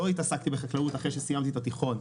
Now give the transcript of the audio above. לא התעסקתי בחקלאות אחרי שסיימתי את התיכון.